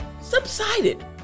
subsided